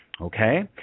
Okay